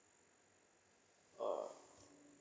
ah